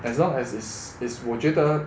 as long as it's it's 我觉得